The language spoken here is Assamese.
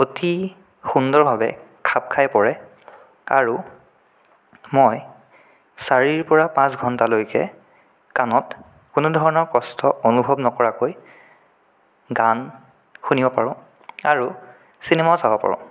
অতি সুন্দৰভাৱে খাপ পাই পৰে আৰু মই চাৰিৰ পৰা পাঁচ ঘণ্টালৈকে কাণত কোনো ধৰণৰ কষ্ট অনুভৱ নকৰাকৈ গান শুনিব পাৰোঁ আৰু চিনেমাও চাব পাৰোঁ